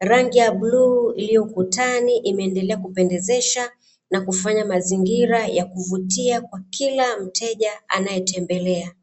rangi ya bluu iliyo ukutani imeendelea kupendezesha na kufanya mazingira ya kuvutia kwa kila mteja anaetembelea.